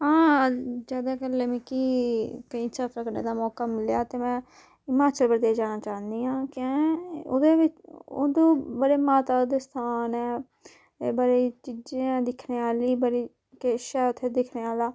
आं जे अगर कल्ले मिकी कोई सफर करने दा मौका मिलेआ ते में हिमाचल प्रदेश जाना चाह्न्नीं आं कैंह् ओह्दे उद्दर बड़े माता दे स्थान ऐ ते बड़ी चीजें दिक्खने आह्ली बड़ी किश ऐ उत्थै दिक्खने आह्ला